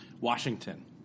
Washington